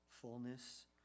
fullness